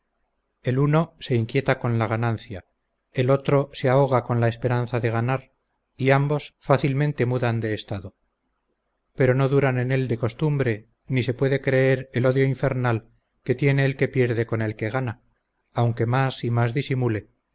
el uno se inquieta con la ganancia el otro se ahoga con la esperanza de ganar y ambos fácilmente mudan de estado pero no duran en él de costumbre ni se puede creer el odio infernal que tiene el que pierde con el que le gana aunque más y más disimule